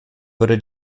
würde